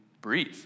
breathe